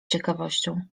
ciekawością